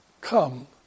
come